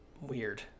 weird